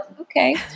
okay